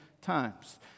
times